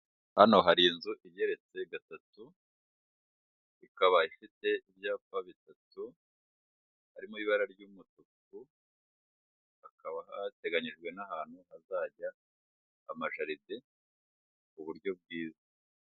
Hano hari inzu igereretse gatatu; ikaba ifite ibyapa bitatu harimo ibara ry'umutuku; hakaba hateganiyijwe n'ahantu hazajya amajaride k'uburyo bwiza.